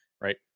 right